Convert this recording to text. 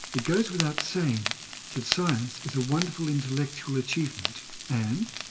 it goes without saying that science is a wonderful intellectual achievement and,